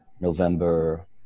November